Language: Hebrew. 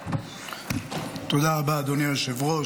תודה רבה, אדוני היושב-ראש.